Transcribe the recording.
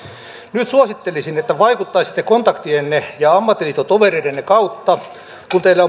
nyt suosittelisin että vaikuttaisitte kontaktienne ja ammattiliittotoverienne kautta kun teillä